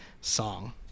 song